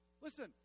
Listen